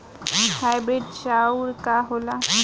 Hybrid चाउर का होला?